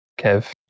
Kev